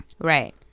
right